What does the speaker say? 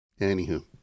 anywho